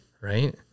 Right